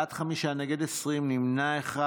בעד, חמישה, נגד, 20, נמנע אחד.